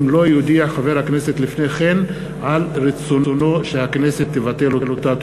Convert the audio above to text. אם לא יודיע חבר הכנסת לפני כן על רצונו שהכנסת תבטל אותה.